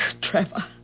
Trevor